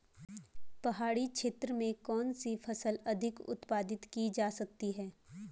पहाड़ी क्षेत्र में कौन सी फसल अधिक उत्पादित की जा सकती है?